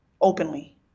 openly